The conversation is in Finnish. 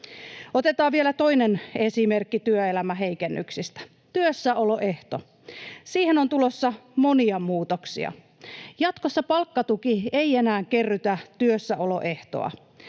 Otetaan vielä toinen esimerkki työelämän heikennyksistä: työssäoloehto. Siihen on tulossa monia muutoksia. Jatkossa palkkatuki ei enää kerrytä työssäoloehtoa.